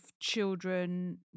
children